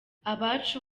abacu